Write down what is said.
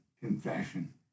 confession